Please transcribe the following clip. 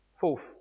Fourth